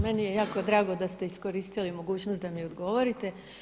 Meni je jako drago da ste iskoristili mogućnost da mi odgovorite.